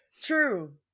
True